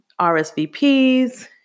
RSVPs